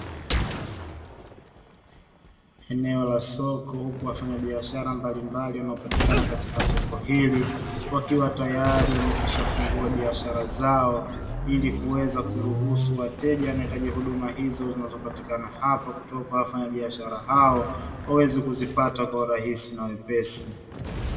Eneo la soko huku wafanyabiashara mbalimbali wanaopatikana katika soko hili wakiwa tayari wamekwisha fungua biashara zao, ili kuweza kuruhusu wateja wanaohitaji huduma hizo zinazopatikana hapa kutoka kwa wafanyabiashara hao waweze kuzipata kwa urahisi na wepesi.